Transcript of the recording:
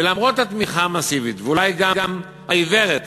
ולמרות התמיכה המסיבית ואולי גם העיוורת